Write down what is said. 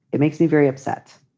it makes me very upset.